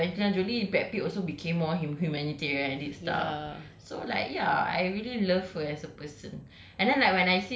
even because of angelina jolie brad pitt also became more hu~ humanitarian and did stuff so like ya I really love her as a person